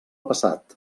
passat